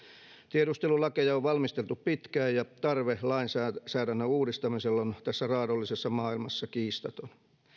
tiedustelulakeja on valmisteltu pitkään ja tarve lainsäädännön uudistamiselle on tässä raadollisessa maailmassa kiistaton